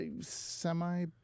Semi